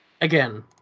again